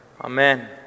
Amen